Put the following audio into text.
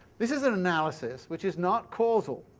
this is an analysis which is not causal.